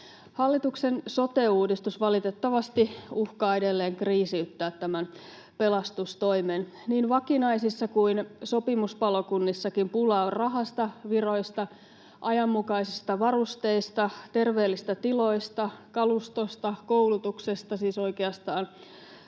Hallituksen sote-uudistus valitettavasti uhkaa edelleen kriisiyttää tämän pelastustoimen. Niin vakinaisissa kuin sopimuspalokunnissakin pulaa on rahasta, viroista, ajanmukaisista varusteista, terveellisistä tiloista, kalustosta, koulutuksesta, siis oikeastaan